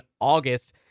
August